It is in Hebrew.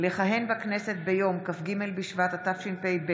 לכהן בכנסת ביום כ"ג בשבט התשפ"ב,